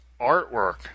artwork